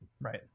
Right